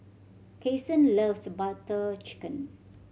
Kason loves Butter Chicken